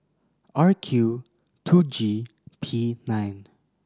R Q two G P nine